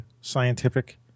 scientific